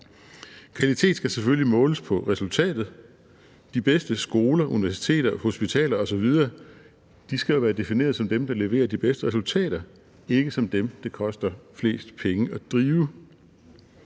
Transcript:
Kvalitet skal selvfølgelig måles på resultatet. De bedste skoler, universiteter, hospitaler osv. skal jo være defineret som dem, der leverer de bedste resultater, ikke som dem, det koster flest penge at drive.